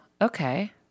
Okay